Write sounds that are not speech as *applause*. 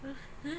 *breath*